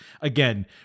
Again